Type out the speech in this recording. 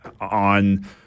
on